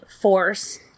force